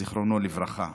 זיכרונו לברכה.